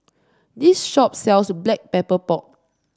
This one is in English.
this shop sells Black Pepper Pork